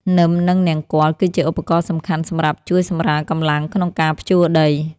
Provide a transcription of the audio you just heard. នឹម និងនង្គ័ល គឺជាឧបករណ៍សំខាន់សម្រាប់ជួយសម្រាលកម្លាំងក្នុងការភ្ជួរដី។